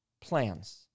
plans